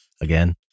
again